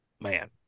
man